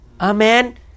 Amen